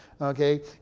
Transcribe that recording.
Okay